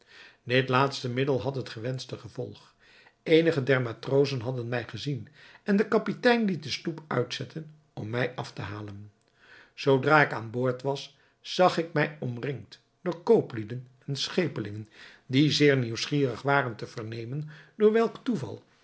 dit laatste middel had het gewenschte gevolg eenige der matrozen hadden mij gezien en de kapitein liet de sloep uitzetten om mij af te halen zoodra ik aan boord was zag ik mij omringd door kooplieden en schepelingen die zeer nieuwsgierig waren te vernemen door welk toeval